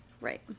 Right